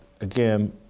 again